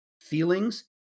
feelings